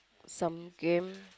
some game